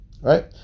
Right